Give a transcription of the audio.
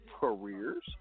Careers